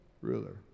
ruler